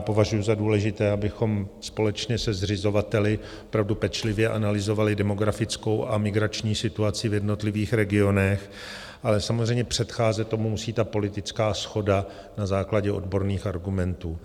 Považuji za důležité, abychom společně se zřizovateli opravdu pečlivě analyzovali demografickou a migrační situaci v jednotlivých regionech, ale samozřejmě předcházet tomu musí politická shoda na základě odborných argumentů.